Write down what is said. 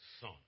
son